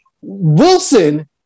Wilson